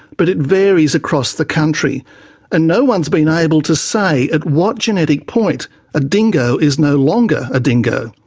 but it varies across the country and no-one's been able to say at what genetic point a dingo is no longer a dingo.